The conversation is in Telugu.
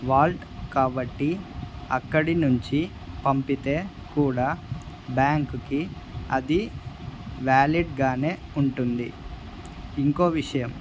వాల్ట్ కాబట్టి అక్కడి నుంచి పంపితే కూడా బ్యాంకుకి అది వ్యాలిడ్గానే ఉంటుంది ఇంకో విషయం